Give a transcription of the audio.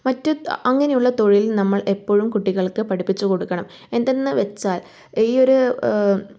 മറ്റ് അങ്ങനെയുള്ള തൊഴിൽ നമ്മൾ എപ്പോഴും കുട്ടികൾക്ക് പഠിപ്പിച്ചു കൊടുക്കണം എന്തെന്ന് വെച്ചാൽ ഈ ഒരു